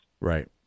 Right